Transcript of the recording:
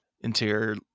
Interior